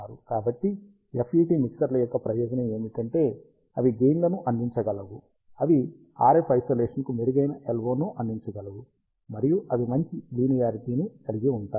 కాబట్టి FET మిక్సర్ల యొక్క ప్రయోజనం ఏమిటంటే అవి గెయిన్ లను అందించగలవు అవి RF ఐసోలేషన్కు మెరుగైన LO ను అందించగలవు మరియు అవి మంచి లీనియారిటీ ని కలిగి ఉంటాయి